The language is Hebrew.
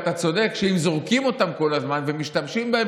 ואתה צודק שאם זורקים אותם כל הזמן ומשתמשים בהם